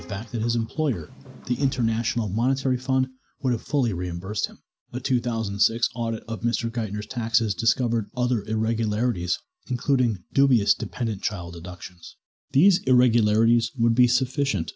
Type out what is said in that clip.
the fact that his employer the international monetary fund would have fully reimbursed him but two thousand and six audit of mr geithner's taxes discovered other irregularities including dubious dependent child abductions these irregularities would be sufficient